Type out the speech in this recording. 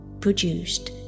produced